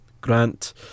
Grant